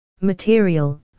Material